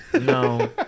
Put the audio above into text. No